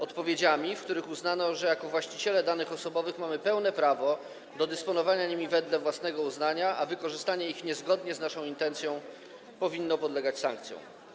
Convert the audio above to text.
Odpowiedziami, w których uznano, że jako właściciele danych osobowych mamy pełne prawo do dysponowania nimi wedle własnego uznania, a wykorzystanie ich niezgodnie z naszą intencją powinno podlegać sankcjom.